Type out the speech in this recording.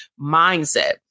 mindset